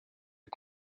est